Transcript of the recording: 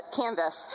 canvas